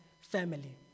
family